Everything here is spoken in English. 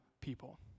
people